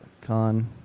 con